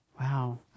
Wow